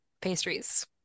pastries